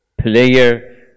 player